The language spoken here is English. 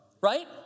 Right